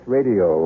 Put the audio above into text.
Radio